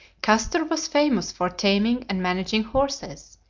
castor was famous for taming and managing horses,